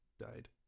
died